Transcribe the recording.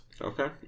Okay